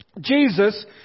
Jesus